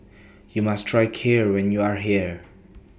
YOU must Try Kheer when YOU Are here